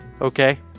Okay